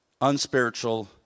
unspiritual